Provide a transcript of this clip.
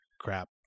crap